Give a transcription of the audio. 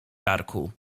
karku